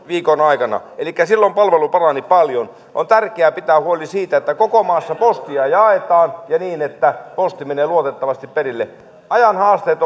viikon aikana elikkä silloin palvelu parani paljon on tärkeää pitää huoli siitä että koko maassa postia jaetaan ja niin että posti menee luotettavasti perille ajan haasteet